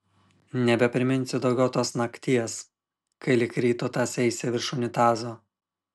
nebepriminsiu daugiau tos nakties kai lig ryto tąseisi virš unitazo